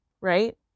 right